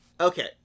okay